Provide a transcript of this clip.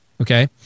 okay